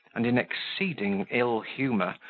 and, in exceeding ill-humour,